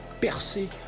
percer